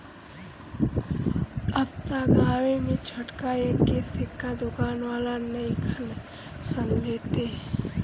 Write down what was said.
अब त गांवे में छोटका एक के सिक्का दुकान वाला नइखन सन लेत